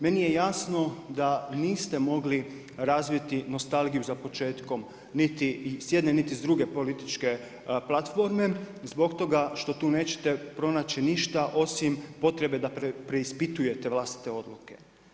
Meni je jasno da niste mogli razviti nostalgiju za početkom niti s jedne, niti s druge političke platforme zbog toga što tu nećete pronaći ništa osim potrebe da preispitujete vlastite odluke.